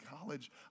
college